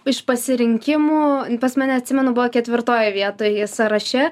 iš pasirinkimų pas mane atsimenu buvo ketvirtoj vietoj sąraše